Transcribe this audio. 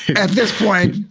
at this point